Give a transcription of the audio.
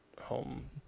home